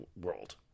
world